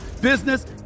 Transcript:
business